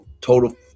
total